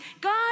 God